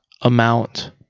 amount